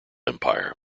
empire